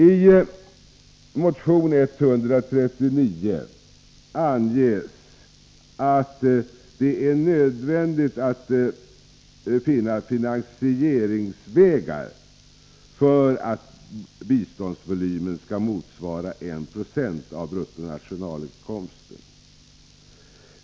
I motion 139 anges att det är nödvändigt att finna finansieringsvägar för att biståndsvolymen skall motsvara 1 96 av bruttonationalinkomsten.